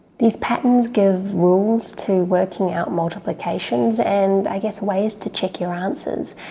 these patterns give rules to working out multiplications and i guess ways to check your answers,